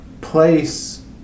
place